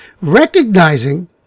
recognizing